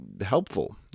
helpful